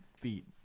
feet